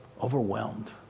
overwhelmed